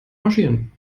marschieren